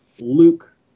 Luke